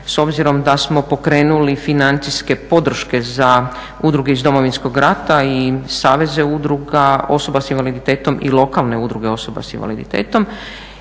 s obzirom da smo pokrenuli financijske podrške za udruge iz Domovinskog rata i saveze udruga osoba sa invaliditetom i lokalne udruge osoba sa invaliditetom.